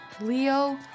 Leo